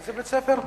איזה בית-ספר?